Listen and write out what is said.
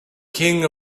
king